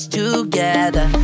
together